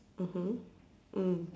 mmhmm mm